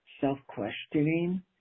self-questioning